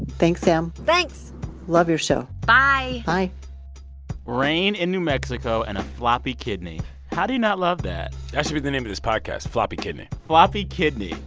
thanks, sam thanks love your show bye bye rain in new mexico and a floppy kidney how do you not love that? that should be the name of this podcast floppy kidney floppy kidney.